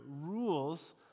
rules